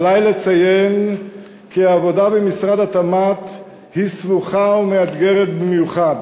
עלי לציין כי העבודה במשרד התמ"ת היא סבוכה ומאתגרת במיוחד